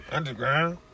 Underground